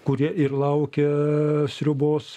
kurie ir laukia sriubos